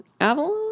Avalon